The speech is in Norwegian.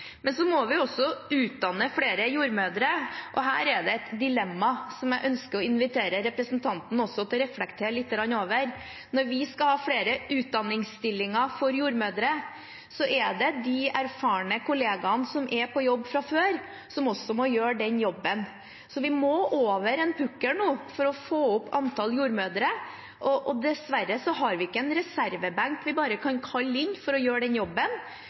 vi må også utdanne flere jordmødre, og her er det et dilemma som jeg ønsker å invitere representanten også til å reflektere litt over. Når vi skal ha flere utdanningsstillinger for jordmødre, er det de erfarne kollegaene som er på jobb fra før, som også må gjøre den jobben. Så vi må over en pukkel nå for å få opp antall jordmødre. Dessverre har vi ikke en reservebenk vi bare kan kalle inn for å gjøre den jobben,